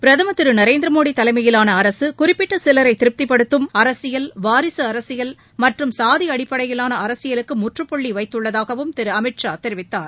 பிரதமர் திரு நரேந்திரமோடி தலைமையிலாள அரசு குறிப்பிட்ட சிலரை திருப்திப்படுத்தும் வாரிக அரசியல் அடிப்படையிலான அரசியலுக்கு முற்றுப்புள்ளிவைத்துள்ளதாகவும் திரு அமித் ஷா தெரிவித்தார்